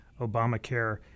Obamacare